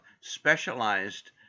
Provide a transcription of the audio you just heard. specialized